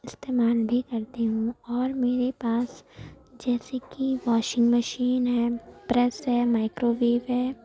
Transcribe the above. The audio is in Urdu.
استعمال بھی کرتی ہوں اور میرے پاس جیسے کہ واشنگ مشین ہے پریس ہے مائکروویو ہے